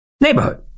neighborhood